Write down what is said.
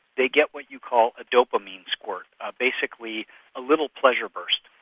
they get what you call a dopamine squirt, ah basically a little pleasure burst.